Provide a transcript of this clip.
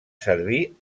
servir